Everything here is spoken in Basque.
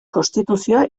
konstituzioa